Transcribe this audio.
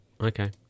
Okay